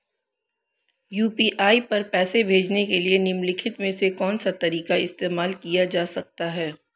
UPI पर पैसे भेजने के लिए निम्नलिखित में से कौन सा तरीका इस्तेमाल किया जा सकता है?